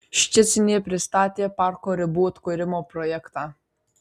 ščecine pristatė parko ribų atkūrimo projektą